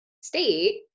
state